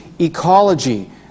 Ecology